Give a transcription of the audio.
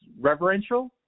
Reverential